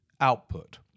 output